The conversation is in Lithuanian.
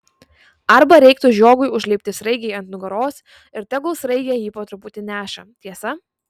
arba reiktų žiogui užlipti sraigei ant nugaros ir tegul sraigė jį po truputį neša tiesa